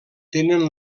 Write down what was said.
tenen